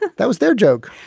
that that was their joke.